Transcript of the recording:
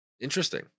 Interesting